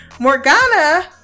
Morgana